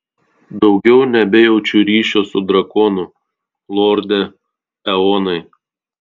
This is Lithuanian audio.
daugiau nebejaučiu ryšio su drakonu lorde eonai